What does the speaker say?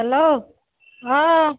hello অঁ